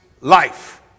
life